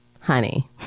honey